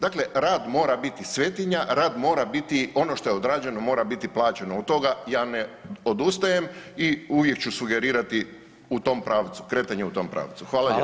Dakle, rad mora biti svetinja, rad mora biti ono što je odrađeno, mora biti plaćeno, od toga ja ne odustajem i uvijek ću sugerirati u tom pravcu, kretanje u tom pravcu.